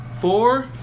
Four